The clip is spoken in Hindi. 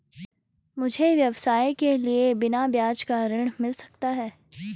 मुझे व्यवसाय के लिए बिना ब्याज का ऋण मिल सकता है?